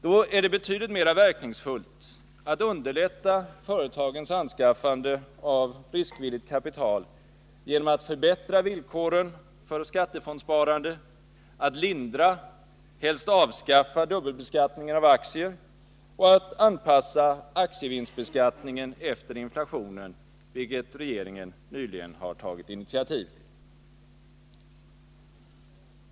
Då är det betydligt mer verkningsfullt att underlätta företagens anskaffande av riskvilligt kapital genom att förbättra villkoren för skattefondssparande, att lindra, helst avskaffa, dubbelbeskattningen av aktier och att anpassa aktievinstbeskattningen efter inflationen, vilket regeringen nyligen har tagit initiativ till.